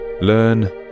learn